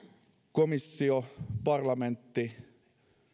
komissio parlamentti